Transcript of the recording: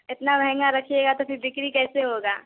इतना महँगा रखिएगा तो फिर बिक्री कैसे होगा